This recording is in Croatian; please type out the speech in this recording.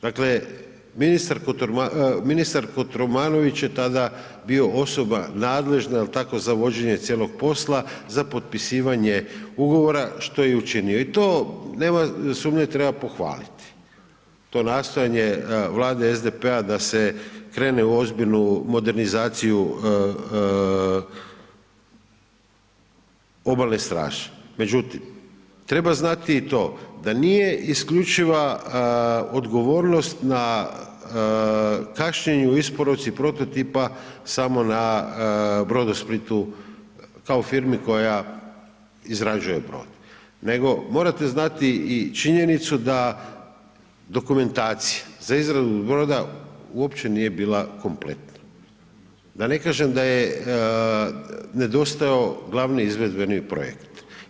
Dakle, ministar Kotromanović je tada bio osoba nadležna jel' tako, za vođenje cijelog posla, za potpisivanje ugovora što je i učinio i to nema sumnje, treba pohvaliti, to nastojanje Vlade SDP-a da se krene u ozbiljnu modernizaciju Obalne straže međutim treba znati i to da nije isključiva odgovornost na kašnjenju u isporuci prototipa samo na Brodosplitu kao firmi koja izrađuje brod nego morate znati i činjenicu da dokumentacija za izradu broda uopće nije bila kompletna, da ne kažem da je nedostajao glavni izvedbeni projekt.